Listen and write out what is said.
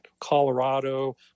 Colorado